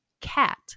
cat